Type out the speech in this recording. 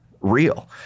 real